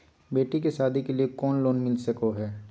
बेटी के सादी के लिए कोनो लोन मिलता सको है?